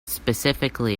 specifically